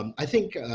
um i think,